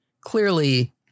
clearly